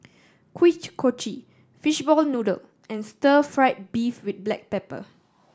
Kuih Kochi fishball noodle and stir fried beef with black pepper